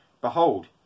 Behold